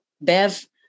Bev